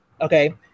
Okay